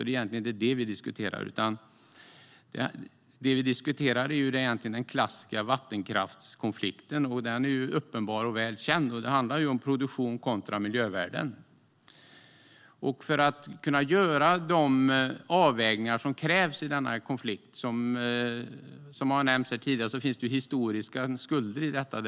Det är alltså inte det vi diskuterar egentligen, utan det vi diskuterar är den klassiska vattenkraftskonflikten, vilken är uppenbar och välkänd och som handlar om produktion kontra miljövärden. För att kunna göra de avvägningar som krävs i denna konflikt, som har nämnts här tidigare, måste vi se att det finns historiska skulder i detta.